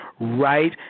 right